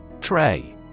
Tray